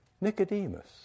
Nicodemus